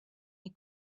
you